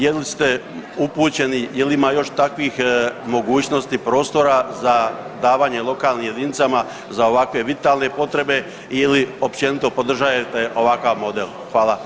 Jel ste upućeni jel ima još takvih mogućnosti prostora za davanje lokalnim jedinicama za ovakve vitalne potrebe ili općenito podržajete ovakav model?